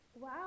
Wow